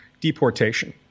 deportation